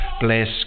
bless